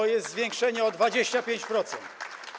To jest zwiększenie o 25%.